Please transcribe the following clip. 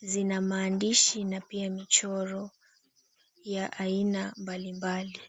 Zina maandishi na pia michoro ya aina mbalimbali.